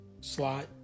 slot